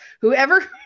whoever